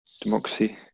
democracy